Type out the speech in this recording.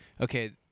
Okay